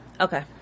Okay